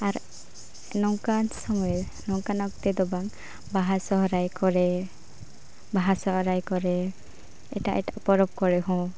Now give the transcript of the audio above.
ᱟᱨ ᱱᱚᱝᱠᱟᱱ ᱥᱚᱢᱚᱭᱨᱮ ᱱᱚᱝᱠᱟᱱ ᱚᱠᱛᱮᱫᱚ ᱵᱟᱝ ᱵᱟᱦᱟ ᱥᱚᱨᱦᱟᱭ ᱠᱚᱨᱮ ᱵᱟᱦᱟ ᱥᱚᱨᱦᱟᱭ ᱠᱚᱨᱮ ᱮᱴᱟᱜᱼᱮᱴᱟᱜ ᱯᱚᱨᱚᱵᱽ ᱠᱚᱨᱮ ᱦᱚᱸ